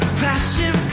passion